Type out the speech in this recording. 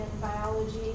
biology